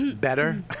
better